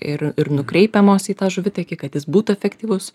ir ir nukreipiamos į tą žuvitakį kad jis būtų efektyvus